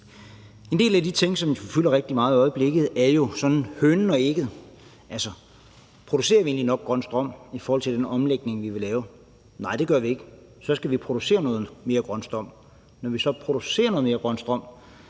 En af de ting, som fylder rigtig meget i øjeblikket, er jo spørgsmålet om hønen og ægget; altså producerer vi egentlig nok grøn strøm i forhold til den omlægning, vi vil lave? Nej, det gør vi ikke. Så vi skal producere noget mere grøn strøm. Når vi så producerer noget mere grøn strøm,